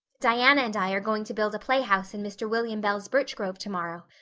diana and i are going to build a playhouse in mr. william bell's birch grove tomorrow.